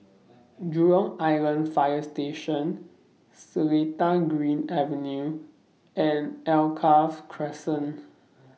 Jurong Island Fire Station Seletar Green Avenue and Alkaff Crescent